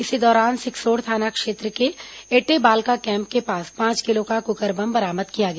इसी दौरान सिकसोड़ थाना क्षेत्र के एटेबालका कैम्प के पास पांच किलो का कुकर बम बरामद किया गया